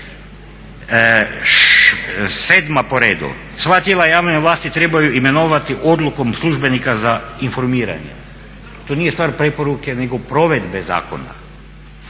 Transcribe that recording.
Sedma po redu. Sva tijela javne vlasti trebaju imenovati odlukom službenika za informiranje. To nije stvar preporuke, nego provedbe zakona.